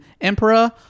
Emperor